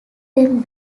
them